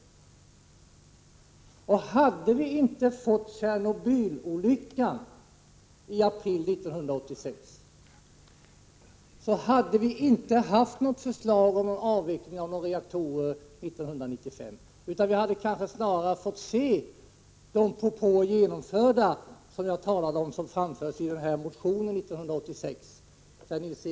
Om inte Tjernobylolyckan hänt i april 1986 hade det inte lagts fram något förslag om en avveckling av reaktorer 1995. Snarare hade de propåer genomförts som framfördes i en motion år 1986, som jag talade om.